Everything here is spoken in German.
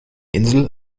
insel